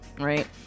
right